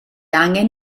angen